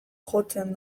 jotzen